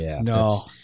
no